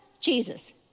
Jesus